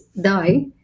die